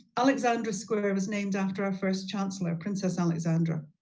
alexandra square was named after our first chancellor, princess alexandra.